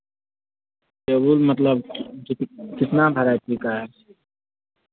table मतलब कितना variety का है